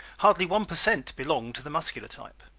hardly one per cent belonged to the muscular type.